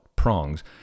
prongs